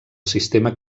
sistema